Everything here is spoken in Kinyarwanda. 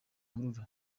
ruhurura